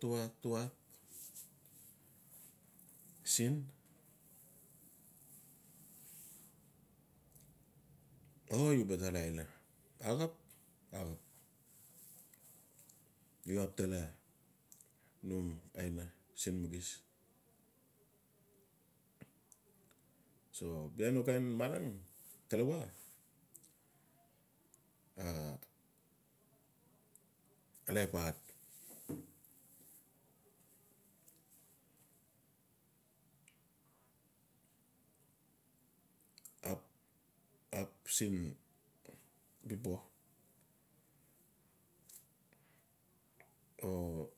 Tuwat-tuwat siin. O u ba gat aina axap-axap. U xap tele num aina siin maxis. so bia no mat kain marang talawaa laip alaip hard ap-ap siin before. O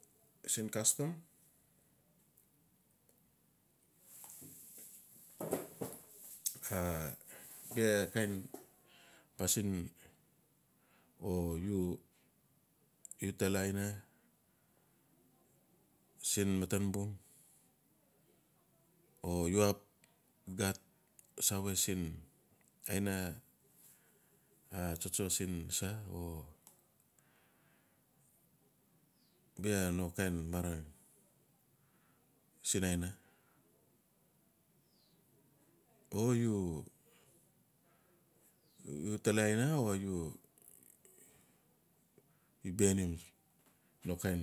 siin custom a bia kain pasin o u tele aina siin maten bung o u ap gat save siin aina atsotso siin sa o. Bia no mat kain marang siin aina. o u tele aina o u bianim lo kain.